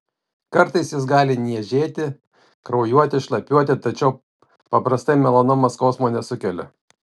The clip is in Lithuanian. kartais jis gali niežėti kraujuoti šlapiuoti tačiau paprastai melanoma skausmo nesukelia